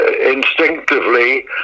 instinctively